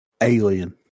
Alien